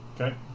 Okay